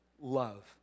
love